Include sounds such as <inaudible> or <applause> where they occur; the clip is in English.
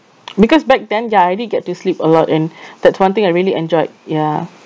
because back then ya I did get to sleep a lot and <breath> that's one thing I really enjoyed ya